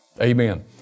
Amen